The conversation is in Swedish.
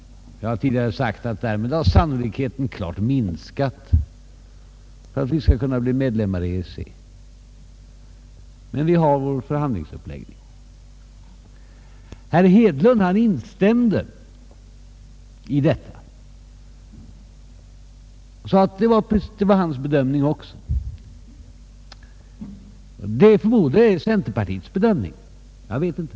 Jag har tidigare sagt att sannolikheten för att vi skulle kunna bli medlem i EEC därmed klart har minskat. Men vi skall hålla fast vid vår förhandlingsuppläggning. Herr Hedlund har instämt häri och sagt att detta också är hans bedömning. Och jag förmodar att det också är centerpartiets bedömning, men jag vet inte.